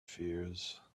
fears